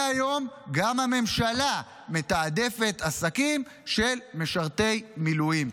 מהיום גם הממשלה מתעדפת עסקים של משרתי מילואים.